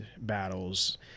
battles